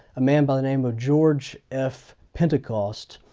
a man by the name of george f. pentecost,